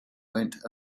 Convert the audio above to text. went